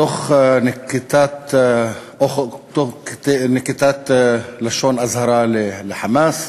תוך כדי נקיטת לשון אזהרה ל"חמאס".